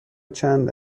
چند